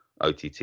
OTT